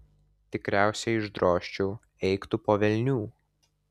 tikriausiai išdrožčiau eik tu po velnių